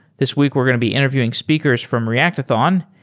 this week we're going to be interviewing speakers from reactathon,